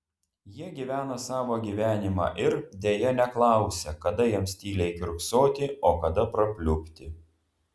jie gyvena savo gyvenimą ir deja neklausia kada jiems tyliai kiurksoti o kada prapliupti